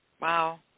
Wow